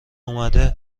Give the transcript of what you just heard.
اومده